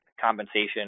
compensation